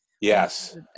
yes